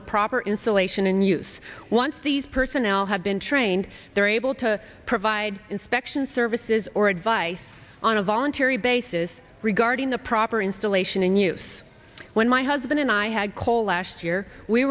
the proper insulation and use once these personnel have been trained they're able to provide inspection services or advice on a voluntary basis regarding the proper installation in use when my husband and i had coal last year we